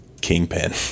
Kingpin